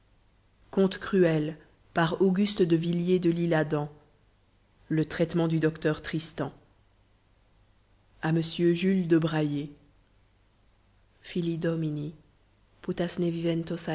le traitement du docteur tristan à monsieur jules de brayer fili